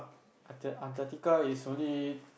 atar~ Antarctica is only